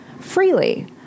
freely